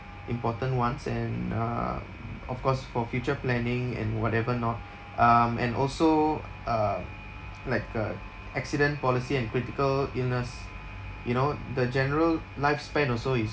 important ones and uh of course for future planning and whatever not um and also uh like uh accident policy and critical illness you know the general lifespan also is